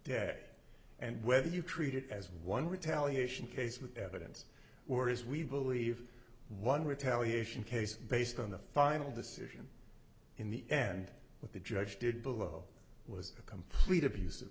day and whether you treat it as one retaliation case with evidence or as we believe one retaliation case based on the final decision in the end what the judge did below was a complete abus